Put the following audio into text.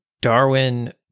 Darwin